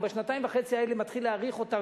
אני בשנתיים וחצי האלה מתחיל להעריך אותם,